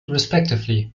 respectively